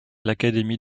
l’académie